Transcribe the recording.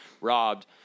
robbed